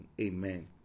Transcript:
amen